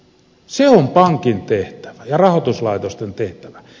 se on pankin tehtävä ja rahoituslaitosten tehtävä